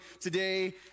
today